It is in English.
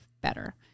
better